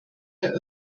der